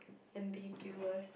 ambiguous